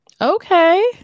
Okay